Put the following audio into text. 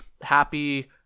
happy